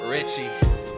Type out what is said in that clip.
Richie